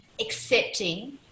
accepting